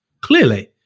Clearly